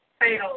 fatal